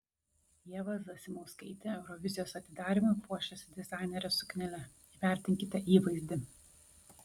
ieva zasimauskaitė eurovizijos atidarymui puošėsi dizainerės suknele įvertinkite įvaizdį